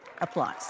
applause